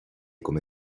come